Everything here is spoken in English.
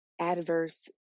adverse